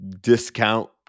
discount